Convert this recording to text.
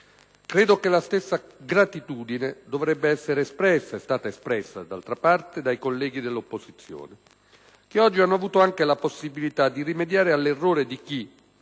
Credo che la stessa gratitudine dovrebbe essere espressa - ed è stata espressa, d'altra parte - dai colleghi dell'opposizione, che oggi hanno avuto anche la possibilità di rimediare all'errore di chi,